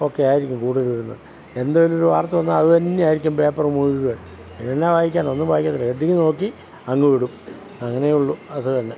ഒക്കെ ആയിരിക്കും കൂടുതൽ വരുന്നത് എന്തെങ്കിലും ഒരു വാർത്ത വന്നാൽ അതുതന്നെ ആയിരിക്കും പേപ്പറ് മുഴുവൻ ഇനി എന്നാ വായിക്കാനാണ് ഒന്നും വായിക്കത്തില്ല ഹെഡിങ്ങ് നോക്കി അങ്ങ് വിടും അങ്ങനെയേ ഉള്ളു അത്രതന്നെ